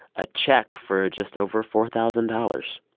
a check for just over four thousand dollars.